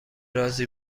رازی